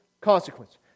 consequence